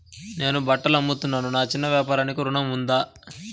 నేను బట్టలు అమ్ముతున్నాను, నా చిన్న వ్యాపారానికి ఋణం ఉందా?